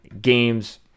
games